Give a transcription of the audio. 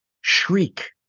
shriek